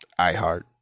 iHeart